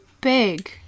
big